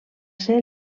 ser